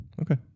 Okay